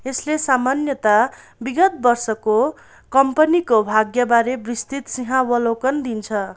यसले सामान्यतया विगत वर्षको कम्पनीको भाग्यबारे विस्तृत सिंहावलोकन दिन्छ